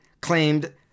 claimed